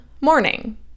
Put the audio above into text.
Morning